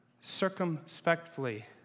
circumspectly